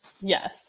Yes